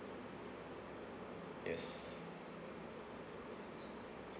yes